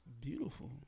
beautiful